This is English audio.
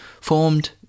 formed